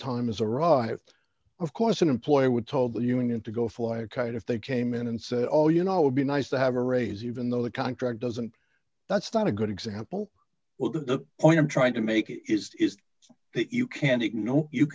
time has arrived of course an employer would told the union to go fly a kite if they came in and said oh you know it would be nice to have a raise even though the contract doesn't that's not a good example well the point i'm trying to make is is that you can't ignore